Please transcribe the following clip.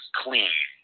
clean